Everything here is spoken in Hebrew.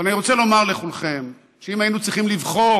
אבל אני רוצה לומר לכולכם שאם היינו צריכים לבחור